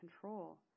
control